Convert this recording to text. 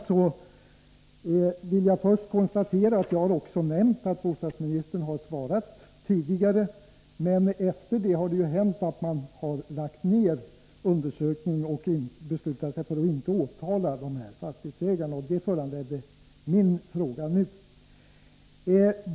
Nr 44 Jag vill först konstatera att jag också har nämnt att bostadsministern har FE SE Måndagen den svarat tidigare. Men efter det har det inträffat att man har lagt ned 12 december 1983 undersökningen och beslutat sig för att inte åtala fastighetsägarna. Det var detta som föranledde min fråga nu.